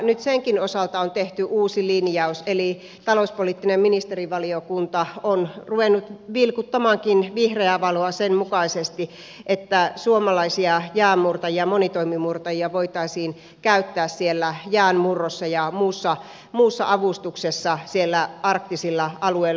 nyt senkin osalta on tehty uusi linjaus eli talouspoliittinen ministerivaliokunta onkin ruvennut vilkuttamaan vihreää valoa sen mukaisesti että suomalaisia jäänmurtajia monitoimimurtajia voitaisiin käyttää jäänmurrossa ja muussa avustuksessa siellä arktisilla alueilla